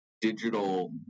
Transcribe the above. digital